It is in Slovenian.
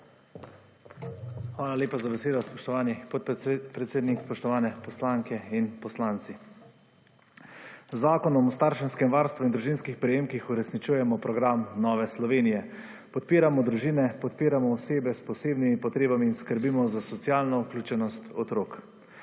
Hvala lepa za besedo, spoštovani podpredsednik. Spoštovane poslanke in poslanci. Z Zakonom o starševskem varstvu in družinskih prejemkih uresničujemo program Nove Slovenije. Podpiramo družine, podpiramo osebe s posebnimi potrebami in skrbimo za socialno vključenost otrok.